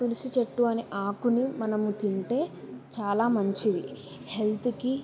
తులసి చెట్టు అనే ఆకును మనము తింటే చాలా మంచిది హెల్త్కి